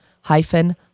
hyphen